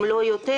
אם לא יותר,